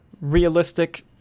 realistic